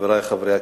חברי חברי הכנסת,